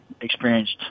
experienced